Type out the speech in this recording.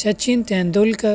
Sachin Tendulkar